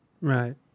right